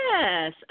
Yes